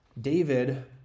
David